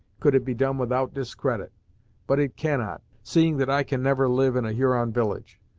could it be done without discredit but it cannot, seeing that i can never live in a huron village.